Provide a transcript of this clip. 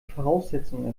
voraussetzungen